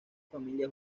familia